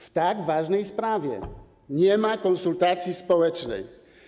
W tak ważnej sprawie nie ma konsultacji społecznych.